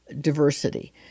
diversity